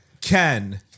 Ken